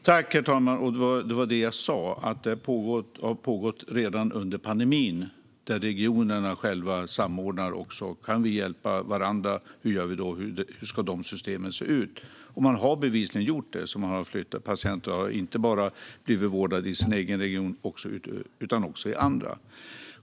Herr talman! Som jag sa har det här pågått redan under pandemin, där regionerna själva samordnat för att hjälpa varandra: Hur gör vi och hur ska systemen se ut? Detta har man bevisligen gjort. Patienter har inte blivit vårdade bara i sin egen region utan också i andra.